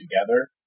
together